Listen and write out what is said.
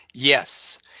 Yes